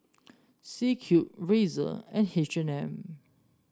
C Cube Razer and H and M